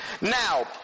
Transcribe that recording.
now